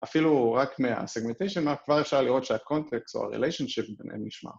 אפילו רק מה-segmentation map כבר אפשר לראות שה-context או ה-relationship ביניהם נשמע.